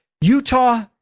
Utah